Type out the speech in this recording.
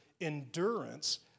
endurance